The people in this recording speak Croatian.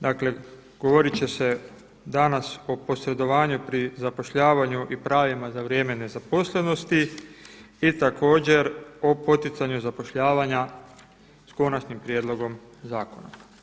Dakle govorit će se danas o posredovanju pri zapošljavanju i pravima za vrijeme nezaposlenosti i također o poticanju zapošljavanja s konačnim prijedlogom zakona.